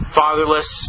fatherless